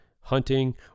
hunting